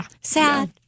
sad